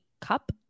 Cup